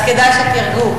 אז כדאי שתירגעו.